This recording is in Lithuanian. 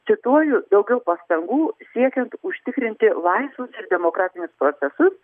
cituoju daugiau pastangų siekiant užtikrinti laisvus ir demokratinius procesus